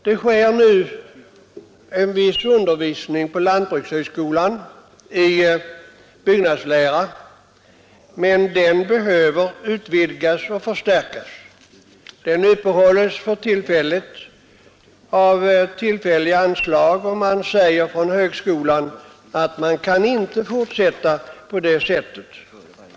Det sker nu en viss undervisning på lantbrukshögskolan i byggnadslära, men den bör utvidgas och förstärkas. Den upprätthålles för närvarande genom tillfälliga anslag, och man säger från högskolans sida att det inte kan fortsätta på detta vis.